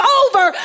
over